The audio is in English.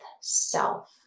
self